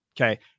Okay